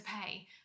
pay